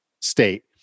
state